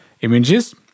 images